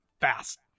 fast